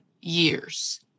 years